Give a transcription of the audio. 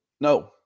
No